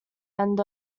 end